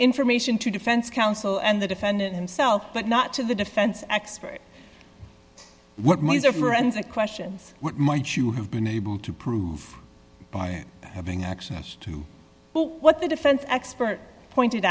information to defense counsel and the defendant himself but not to the defense expert what means are forensic questions what might you have been able to prove by having access to what the defense expert pointed